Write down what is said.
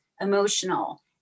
emotional